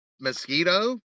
mosquito